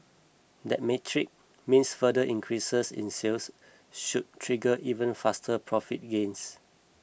that metric means further increases in sales should trigger even faster profit gains